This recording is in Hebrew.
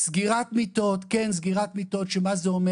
סגירת מיטות, כן סגירת מיטות שמה זה אומר?